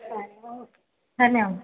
ಸರಿ ಹೌದು ಧನ್ಯವಾದ